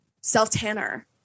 Self-tanner